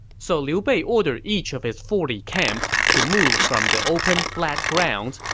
so liu bei ordered each of his forty camps to move from the open flat grounds,